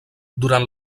durant